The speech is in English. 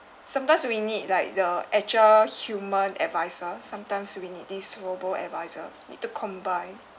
sometimes we need like the agile human advisor sometimes we need these robo-advisor need to combine